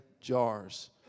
jars